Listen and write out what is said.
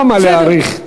למה להאריך?